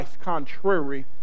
Contrary